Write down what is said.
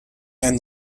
and